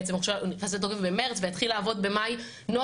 בעצם הוא נכנס לתוקף במרץ והתחיל לעבוד במאי נוהל